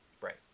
Right